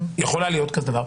יכול להיות כזה דבר,